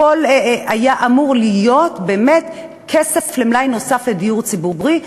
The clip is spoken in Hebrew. הכול היה אמור להיות באמת כסף למלאי נוסף לדיור הציבורי,